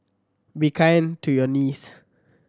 be kind to your knees